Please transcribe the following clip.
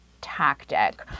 tactic